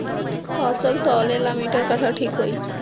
फसल तौले ला मिटर काटा ठिक होही?